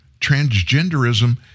Transgenderism